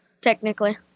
technically